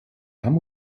haben